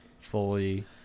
fully